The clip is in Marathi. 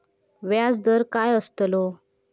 व्याज दर काय आस्तलो?